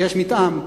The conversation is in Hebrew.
שיש מתאם,